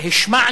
השמענו